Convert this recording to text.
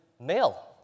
male